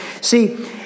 See